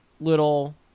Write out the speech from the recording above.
little